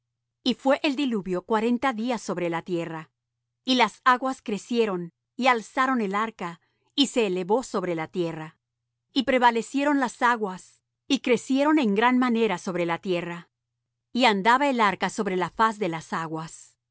y fué el diluvio cuarenta días sobre la tierra y las aguas crecieron y alzaron el arca y se elevó sobre la tierra y prevalecieron las aguas y crecieron en gran manera sobre la tierra y andaba el arca sobre la faz de las aguas